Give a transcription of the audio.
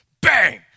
bang